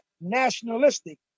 nationalistic